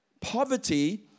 poverty